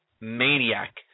maniac